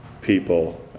people